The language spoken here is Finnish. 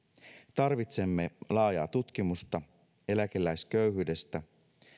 tarvitsemme laajaa tutkimusta eläkeläisköyhyydestä